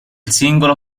singolo